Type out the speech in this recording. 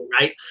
right